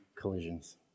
collisions